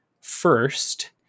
first